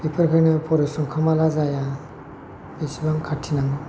बिफोरखौनो फरिस्रम खालामाब्ला जाया आरो एसेबां खाथि नांगौ